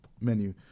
menu